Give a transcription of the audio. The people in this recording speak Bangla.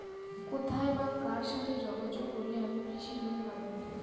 কোথায় বা কার সাথে যোগাযোগ করলে আমি কৃষি লোন পাব?